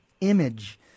image